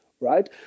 right